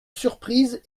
surprise